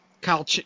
Kyle